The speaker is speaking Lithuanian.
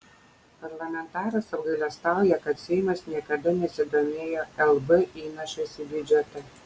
parlamentaras apgailestauja kad seimas niekada nesidomėjo lb įnašais į biudžetą